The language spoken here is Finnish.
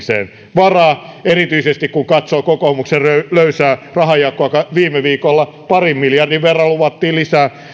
varaa etenkään kun katsoo kokoomuksen löysää rahanjakoa viime viikolla parin miljardin verran luvattiin lisää